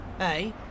Hey